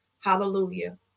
hallelujah